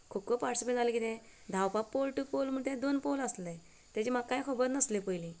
खो kho participate जालें कितें धांवपा पोल टू पोल म्हूण दोन पोल आसल्ले तेजे म्हाका कांय खबर नासलें पयलीं